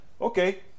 Okay